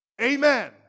Amen